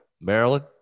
Maryland